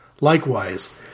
Likewise